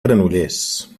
granollers